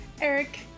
Eric